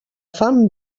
fam